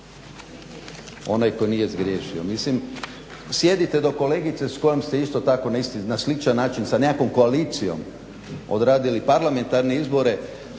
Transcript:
onaj tko nije zgriješio. Mislim sjedite do kolegice s kojom ste isto tako na sličan način sa nekakvom koalicijom odradili parlamentarne izbore,